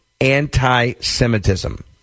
anti-Semitism